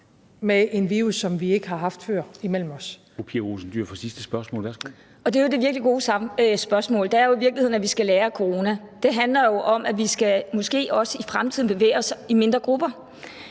Kl. 13:38 Pia Olsen Dyhr (SF): Det er jo det virkelig gode spørgsmål, nemlig at vi skal lære af corona. Det handler jo om, at vi måske også i fremtiden skal bevæge os i mindre grupper.